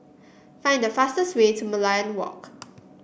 find the fastest way to Merlion Walk